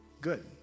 good